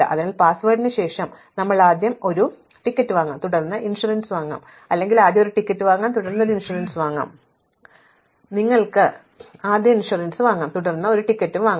അതിനാൽ പാസ്വേഡിന് ശേഷം നിങ്ങൾക്ക് ആദ്യം ഒരു ടിക്കറ്റ് വാങ്ങാം തുടർന്ന് ഇൻഷുറൻസ് വാങ്ങാം അല്ലെങ്കിൽ നിങ്ങൾക്ക് ആദ്യം ഇൻഷുറൻസ് വാങ്ങാം തുടർന്ന് ഒരു ടിക്കറ്റ് വാങ്ങാം